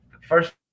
first